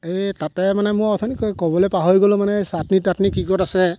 এ তাতে মানে মই অথনি ক ক'বলৈ পাহৰি গ'লো মানে চাটনি টাতনি কি ক'ত আছে